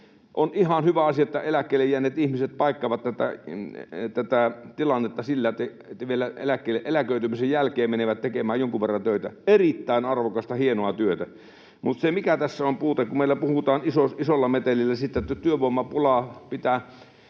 On ihan hyvä asia, että eläkkeelle jääneet ihmiset paikkaavat tätä tilannetta sillä, että vielä eläköitymisen jälkeen menevät tekemään jonkun verran töitä — erittäin arvokasta, hienoa työtä. Mutta se, mikä tässä on puute, että kun meillä puhutaan isolla metelillä siitä, että työvoimapulan vuoksi